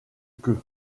qu’eux